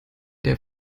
der